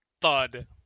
thud